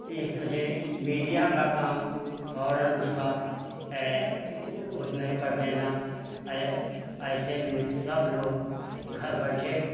इस वजह मीडिया का काम फ़ौरन उसका उसने कर देना ऐसे में सब लोग घर बैठे